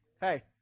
Hey